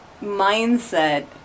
mindset